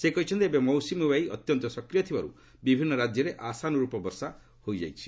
ସେ କହିଛନ୍ତି ଏବେ ମୌସୁମୀ ବାୟୁ ଅତ୍ୟନ୍ତ ସକ୍ରିୟ ଥିବାରୁ ବିଭିନ୍ନ ରାଜ୍ୟରେ ଆଶାନୁର୍ପ ବର୍ଷା ହୋଇଯାଇଛି